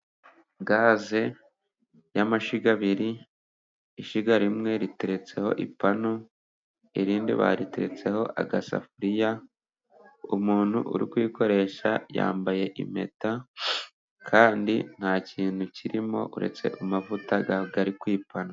Gaze y'amashyiga abiri， ishyiga rimwe riteretseho ipanu， irindi baritetseho agasafuriya， umuntu uri kuyikoresha yambaye impeta， kandi nta kintu kirimo，uretse amavuta ari ku ipanu.